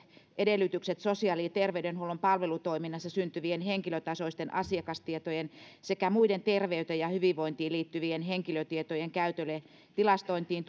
edellytykset sosiaali ja terveydenhuollon palvelutoiminnassa syntyvien henkilötasoisten asiakastietojen sekä muiden terveyteen ja hyvinvointiin liittyvien henkilötietojen käytölle tilastointiin